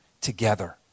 together